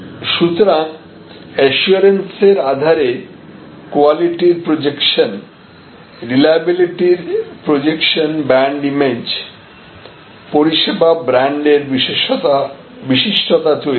সুতরাং অ্যাসিওরেন্সর আঁধারে কোয়ালিটির প্রজেকশন রিলায়েবিলিটির প্রজেকশন ব্র্যান্ড ইমেজ পরিষেবা ব্র্যান্ডের বিশিষ্টতা তৈরি করে